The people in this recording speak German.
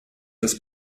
das